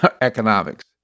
economics